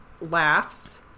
laughs